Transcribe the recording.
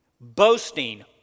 Boasting